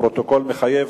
הפרוטוקול מחייב,